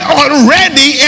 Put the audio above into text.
already